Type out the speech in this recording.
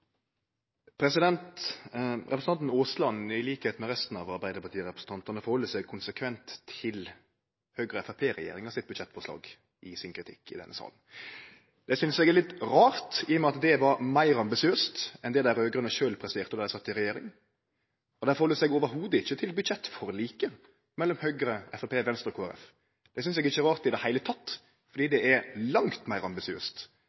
minutt. Representanten Aasland, til liks med resten av arbeidarpartirepresentantane, held seg konsekvent til budsjettforslaget frå Høgre– Framstegsparti-regjeringa i sin kritikk i denne salen. Det synest eg er litt rart, i og med at det var meir ambisiøst enn det dei raud-grøne sjølve presterte då dei sat i regjering. Dei held seg ikkje i det heile til budsjettforliket mellom Høgre, Framstegspartiet, Venstre og Kristeleg Folkeparti. Det synest eg ikkje er rart i det heile, for det er langt meir ambisiøst